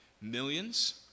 millions